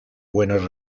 buenos